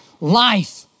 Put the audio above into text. life